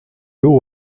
l’eau